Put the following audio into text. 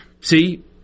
See